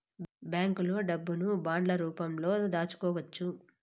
బ్యాంకులో డబ్బును బాండ్ల రూపంలో దాచుకోవచ్చు